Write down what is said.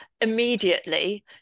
immediately